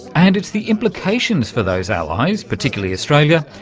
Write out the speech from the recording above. and it's the implications for those allies, particularly australia,